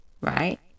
right